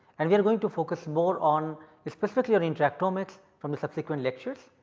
and we are going to focus more on specifically or interactomics from the subsequent lectures.